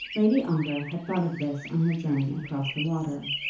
lady ongar had thought of this on her journey across the water,